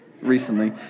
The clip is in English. recently